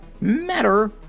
Matter